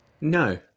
No